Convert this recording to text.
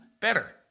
better